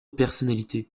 personnalité